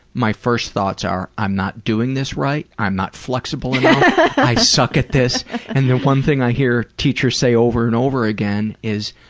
my first thoughts are, i'm not doing this right. i'm not flexible yeah enough. i suck at this. and the one thing i hear teachers say over and over again is,